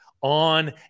on